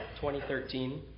2013